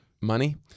money